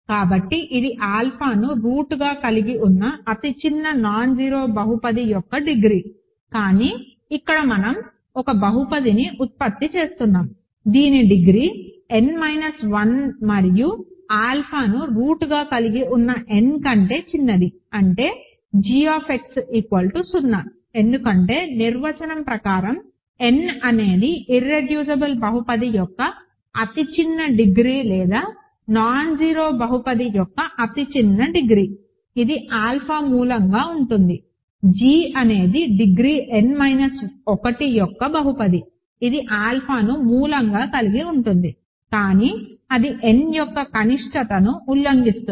కాబట్టి ఇది ఆల్ఫాను రూట్గా కలిగి ఉన్న అతి చిన్న నాన్జీరో బహుపది యొక్క డిగ్రీ కానీ ఇక్కడ మనం ఒక బహుపదిని ఉత్పత్తి చేస్తున్నాము దీని డిగ్రీ n మైనస్ 1 మరియు ఆల్ఫాను రూట్గా కలిగి ఉన్న n కంటే చిన్నది అంటే g 0 ఎందుకంటే నిర్వచనం ప్రకారం n అనేది ఇర్రెడ్యూసిబుల్ బహుపది యొక్క అతిచిన్న డిగ్రీ లేదా నాన్జీరో బహుపది యొక్క అతిచిన్న డిగ్రీ ఇది ఆల్ఫా మూలంగా ఉంటుంది g అనేది డిగ్రీ n మైనస్ 1 యొక్క బహుపది ఇది ఆల్ఫాను మూలంగా కలిగి ఉంటుంది కానీ అది n యొక్క కనిష్టతను ఉల్లంఘిస్తుంది